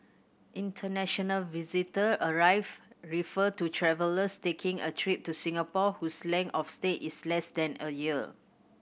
international visitor arrive refer to travellers taking a trip to Singapore whose length of stay is less than a year